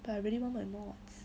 but I really want my mods